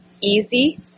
easy